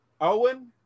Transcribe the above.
Owen